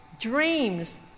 dreams